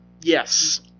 Yes